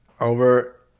over